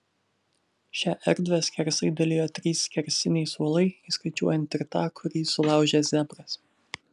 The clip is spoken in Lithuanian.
šią erdvę skersai dalijo trys skersiniai suolai įskaičiuojant ir tą kurį sulaužė zebras